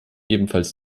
ebenfalls